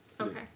Okay